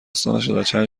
چند